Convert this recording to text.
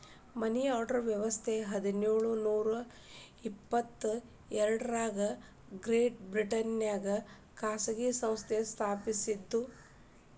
ಮನಿ order ವ್ಯವಸ್ಥ ಹದಿನೇಳು ನೂರ ಎಪ್ಪತ್ ಎರಡರಾಗ ಗ್ರೇಟ್ ಬ್ರಿಟನ್ನ್ಯಾಗ ಖಾಸಗಿ ಸಂಸ್ಥೆ ಸ್ಥಾಪಸಿದ್ದು